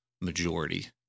majority